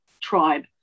tribe